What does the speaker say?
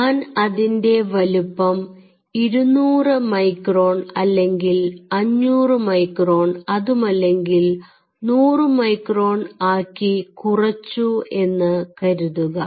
ഞാൻ അതിൻറെ വലിപ്പം 200 മൈക്രോൺ അല്ലെങ്കിൽ 500 മൈക്രോൺ അതുമല്ലെങ്കിൽ 100 മൈക്രോൺ ആക്കി കുറച്ചു എന്ന് കരുതുക